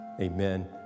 Amen